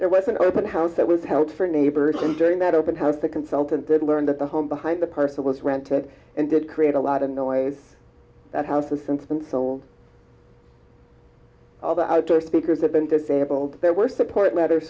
there was an open house that was held for neighbors and during that open house the consultant did learn that the home behind the parcel was rented and did create a lot of noise that house has since been sold all the outdoor speakers have been disabled there were support letters